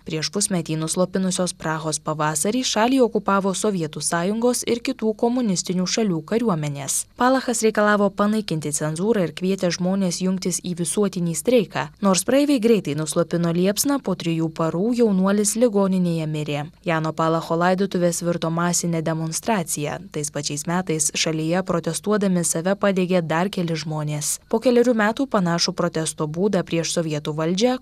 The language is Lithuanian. prieš pusmetį nuslopinusios prahos pavasarį šalį okupavo sovietų sąjungos ir kitų komunistinių šalių kariuomenės palachas reikalavo panaikinti cenzūrą ir kvietė žmones jungtis į visuotinį streiką nors praeiviai greitai nuslopino liepsną po trijų parų jaunuolis ligoninėje mirė jano palacho laidotuvės virto masine demonstracija tais pačiais metais šalyje protestuodami save padegė dar keli žmonės po kelerių metų panašų protesto būdą prieš sovietų valdžią